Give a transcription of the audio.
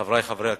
חברי חברי הכנסת,